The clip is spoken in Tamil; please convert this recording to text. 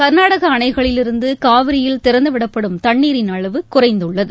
கர்நாடக அணைகளிலிருந்து காவிரியில் திறந்துவிடப்படும் தண்ணீரின் அளவு குறைந்துள்ளது